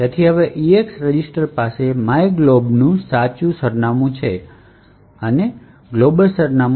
તેથી હવે EAX register પાસે myglobનું સાચી સરનામું છે ગ્લોબલ સરનામું